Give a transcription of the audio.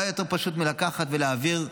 מה יותר פשוט מלקחת ולהעביר,